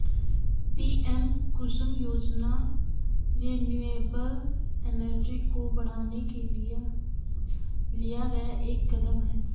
PM Kusum योजना renewable energy को बढ़ाने के लिए लिया गया एक कदम है